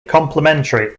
complementary